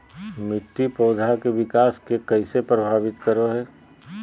मिट्टी पौधा के विकास के कइसे प्रभावित करो हइ?